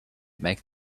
make